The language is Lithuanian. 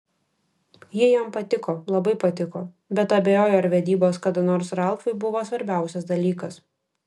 ji jam patiko labai patiko bet abejoju ar vedybos kada nors ralfui buvo svarbiausias dalykas